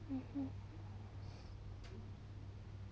mmhmm